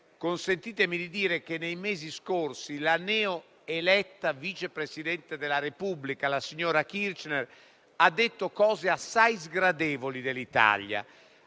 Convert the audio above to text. Consentitemi di dire che, nei mesi scorsi, la neo eletta vice presidente della Repubblica, la signora Kirchner, ha detto cose assai sgradevoli dell'Italia;